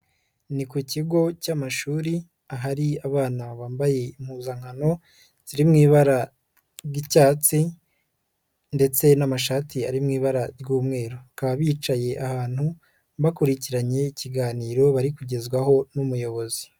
Ni ku kigo cy'amashuri ahari abana bambaye impuzankano ziri mu ibara ry'icyatsi ndetse n'amashati ari mu ibara ry'umweru, bakaba bicaye ahantu bakurikiranye ikiganiro bari kugezwaho n'umuyobozi.